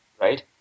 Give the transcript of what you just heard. right